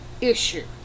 issue